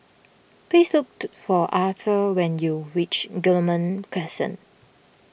please looked for Arther when you reach Guillemard Crescent